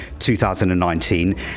2019